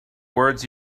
words